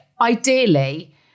Ideally